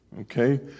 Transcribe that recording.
okay